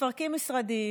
מפרקים משרדים,